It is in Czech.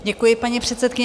Děkuji, paní předsedkyně.